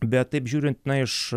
bet taip žiūrint iš